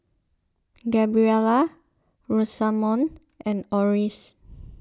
Gabriela Rosamond and Orris